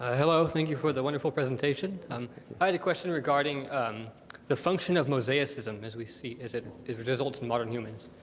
ah hello, thank you for the wonderful presentation and i had a question regarding the function of mosaicism as we see, as it it results in modern humans.